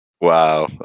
Wow